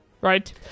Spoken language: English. right